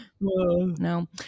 no